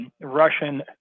Russian